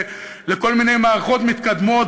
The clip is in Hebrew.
לכל מיני מערכות מתקדמות,